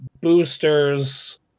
boosters